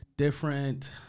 Different